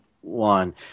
one